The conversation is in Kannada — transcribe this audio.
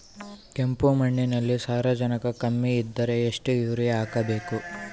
ಕಪ್ಪು ಮಣ್ಣಿನಲ್ಲಿ ಸಾರಜನಕ ಕಮ್ಮಿ ಇದ್ದರೆ ಎಷ್ಟು ಯೂರಿಯಾ ಹಾಕಬೇಕು?